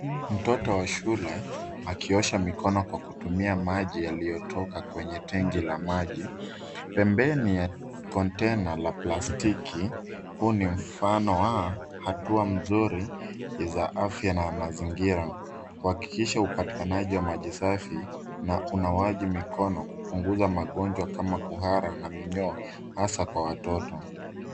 Mtoto wa shule akiosha mikono kwa kutumia maji yaliyotoka kwenye tenki la maji pembeni ya kontena la plastiki . Huu ni mfano wa hatua mzuri za afya na mazingira kuhakikisha upatikanaji wa maji safi na unawaji mikono kupunguza magonjwa kama kuhara na minyoo hasa kwa watoto.